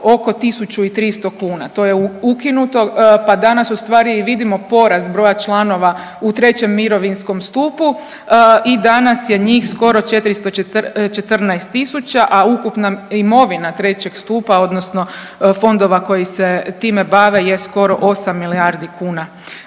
oko 1300 kuna, to je ukinuto, pa danas ustvari i vidimo porast broja članova u trećem mirovinskom stupu i danas je njih skoro 414 tisuća, a ukupna imovina trećeg stupa odnosno fondova koji se time bave je skoro 8 milijardi kuna.